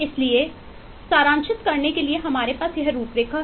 इसलिए सारांशित करने के लिए हमारे पास यह रूपरेखा है